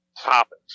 topics